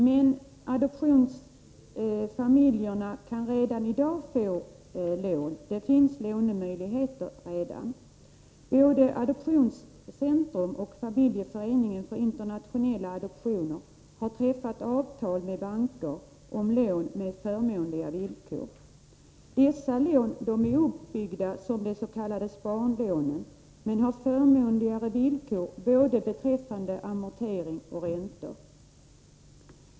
Men adoptionsfamiljerna kan redan i dag få lån — det finns redan lånemöjligheter. Både Adoptionscentrum och Familjeföreningen för internationella adoptioner har träffat avtal med banker om lån med förmånliga villkor. Dessa lån är uppbyggda som de s.k. sparlånen men har förmånligare villkor beträffande både amortering och ränta.